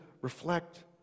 reflect